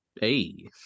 Hey